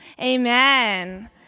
Amen